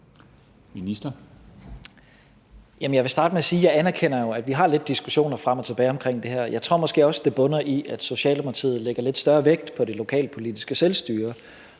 jo anerkender, at vi har lidt diskussioner frem og tilbage omkring det her. Jeg tror måske også, at det bunder i, at Socialdemokratiet lægger lidt større vægt på det lokalpolitiske selvstyre.